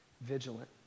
vigilant